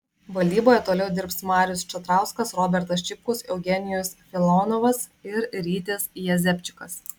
valdyboje toliau dirbs marius čatrauskas robertas čipkus eugenijus filonovas ir rytis jezepčikas